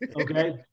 Okay